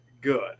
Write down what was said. good